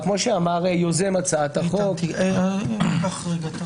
אישור הצילום יינתן רק במקרים חריגים,